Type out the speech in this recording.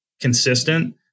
consistent